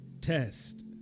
test